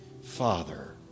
Father